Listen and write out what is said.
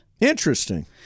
Interesting